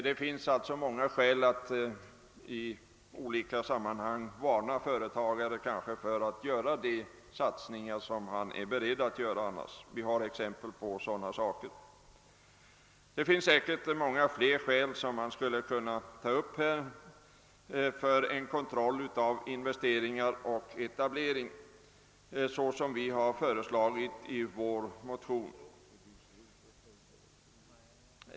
Det finns alltså många skäl att i olika sammanhang varna företagare för att göra de satsningar som han annars är beredd att göra. Vi har många sådana exempel. Det finns säkert många fler skäl som man skulle kunna ta upp för en kontroll av investeringar och etableringar såsom vi har föreslagit i vår motion.